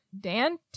Dan